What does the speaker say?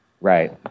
Right